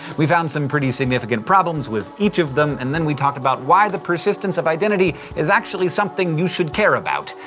we found some pretty significant problems with each of them, and then we talked about why the persistence of identity is actually something you should care about!